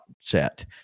set